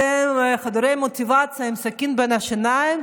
אתם חדורי מוטיבציה, עם סכין בין השיניים?